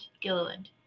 gilliland